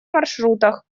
маршрутах